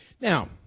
Now